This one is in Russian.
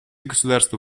государства